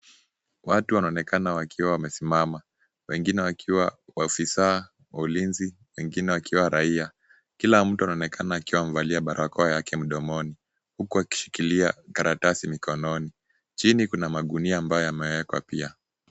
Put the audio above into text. Watu wanaonekana wakiwa wamesimama. Wengine wakiwa afisaa wa ulinzi, wengine wakiwa raia. Kila mtu anaonekana akiwa amevalia barakoa yake mdomoni, huku akishikilia karatasi mikononi. Chini kuna magunia ambayo yameekwa pia.